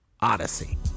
Odyssey